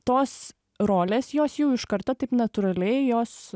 tos rolės jos jau iš karto taip natūraliai jos